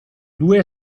due